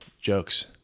jokes